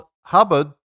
Hubbard